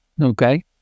Okay